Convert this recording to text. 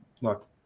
look